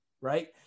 right